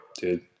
dude